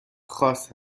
خاص